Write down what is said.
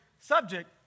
subject